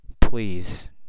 Please